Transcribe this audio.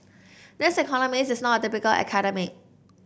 this economist is not a typical academic